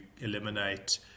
eliminate